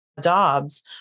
Dobbs